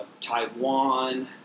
Taiwan